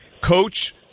Coach